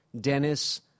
Dennis